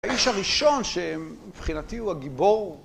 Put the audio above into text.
האיש הראשון שמבחינתי הוא הגיבור